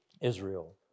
Israel